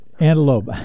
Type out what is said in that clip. Antelope